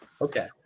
Okay